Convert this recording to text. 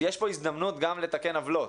שיש פה גם הזדמנות לתקן עוולות,